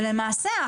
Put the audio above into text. למעשה,